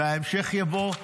וההמשך יבוא.